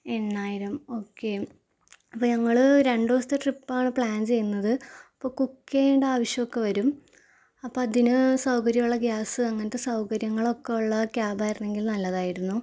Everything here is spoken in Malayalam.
എണ്ണായിരം ഒക്കേ അപ്പോൾ ഞങ്ങൾ രണ്ട് ദിസത്തെ ട്രിപ്പാണ് പ്ലാന് ചെയ്യുന്നത് അപ്പോൾ കുക്ക് ചെയ്യേണ്ട ആവിശ്യമൊക്കെ വരും അപ്പോൾ അതിന് സൗകര്യമുള്ള ഗ്യാസ് അങ്ങനത്തെ സൗകര്യങ്ങളൊക്കെ ഉള്ള ക്യാബ് ആയിരുന്നെങ്കില് നല്ലതായിരുന്നു